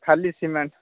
ଖାଲି ସିମେଣ୍ଟ୍